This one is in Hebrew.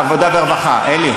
עבודה ורווחה, אלי.